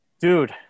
Dude